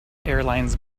airlines